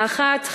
האחת,